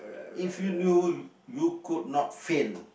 if you knew you could not fail